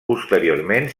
posteriorment